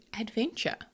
adventure